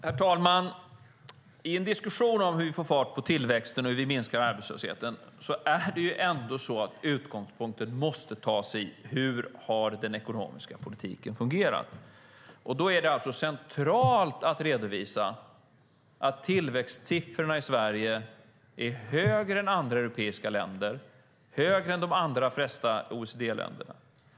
Herr talman! I en diskussion om hur vi får fart på tillväxten och hur vi minskar arbetslösheten måste utgångspunkten ändå vara: Hur har den ekonomiska politiken fungerat? Då är det centralt att redovisa att tillväxtsiffrorna i Sverige är högre än i andra europeiska länder, högre än i de allra flesta OECD-länder.